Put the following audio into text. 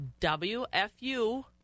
WFU